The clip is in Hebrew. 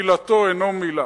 מילתו איננה מלה.